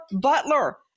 Butler